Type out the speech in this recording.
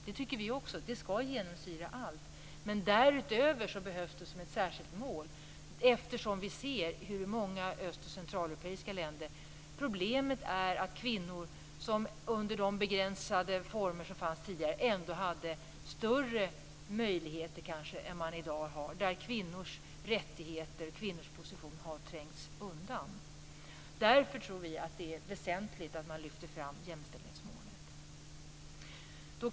Ja visst, också vi tycker att den skall genomsyra allt, men därutöver behövs det också som ett särskilt mål, eftersom vi kan se att problemet i många öst och centraleuropeiska länder är att kvinnor under de begränsade villkor som tidigare fanns kanske ändå hade större möjligheter än vad de i dag har. Kvinnors rättigheter och kvinnors position har där trängts undan. Vi tror därför att det är väsentligt att man lyfter fram jämställdhetsmålet.